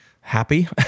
happy